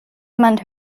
jemand